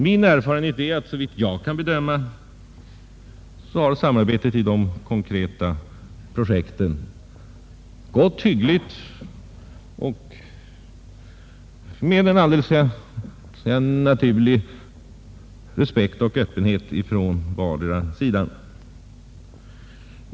Min erfarenhet är att, såvitt jag kunnat bedöma, samarbetet med de konkreta projekten fungerat hyggligt och med en alldeles naturlig respekt och öppenhet från båda sidor.